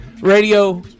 radio